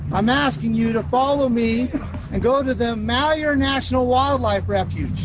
i'm asking you to follow me and go to the malheur national wildlife refuge,